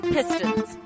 Pistons